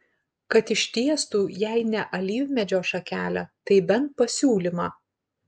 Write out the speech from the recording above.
kad ištiestų jei ne alyvmedžio šakelę tai bent pasiūlymą